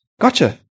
Gotcha